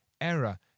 error